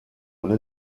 ohne